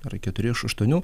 ar keturi iš aštuonių